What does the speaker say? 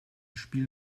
spiel